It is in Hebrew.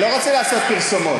אני לא רוצה לעשות פרסומות.